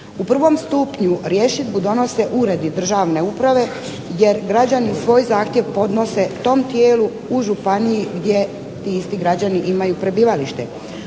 U prvom stupnju rješidbu donose uredi državne uprave, jer građani svoj zahtjev podnose tom tijelu u županiji gdje ti isti građani imaju prebivalište.